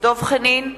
דב חנין,